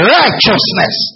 righteousness